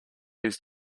his